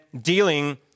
dealing